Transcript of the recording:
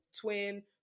twin